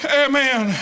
amen